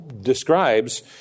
describes